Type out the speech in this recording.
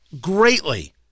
greatly